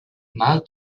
mal